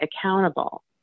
accountable